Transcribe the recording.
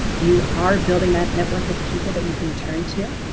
you are building that network of people that you can turn to.